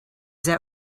that